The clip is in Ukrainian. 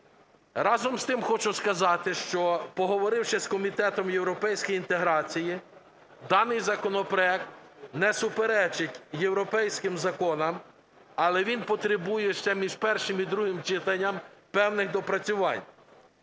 Разом з тим хочу сказати, що, поговоривши з Комітетом європейської інтеграції, даний законопроект не суперечить європейським законам, але він потребує ще між першим і другим читанням певних доопрацювань.